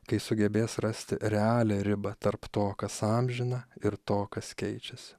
kai sugebės rasti realią ribą tarp to kas amžina ir to kas keičiasi